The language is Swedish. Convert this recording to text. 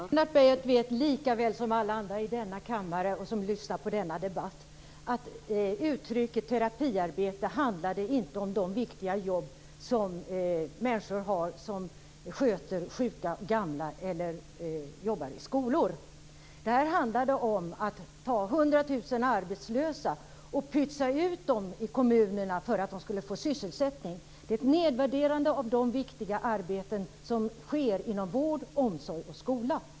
Herr talman! Lennart Beijer vet lika väl som alla andra i denna kammare och de som lyssnar på denna debatt att uttrycket terapiarbete inte handlade om de viktiga jobb som de människor har som sköter sjuka och gamla eller jobbar i skolor. Det handlade om att ta 100 000 arbetslösa och pytsa ut dem i kommunerna för att de skulle få sysselsättning. Det är ett nedvärderande av de viktiga arbeten som sker inom vård, omsorg och skola.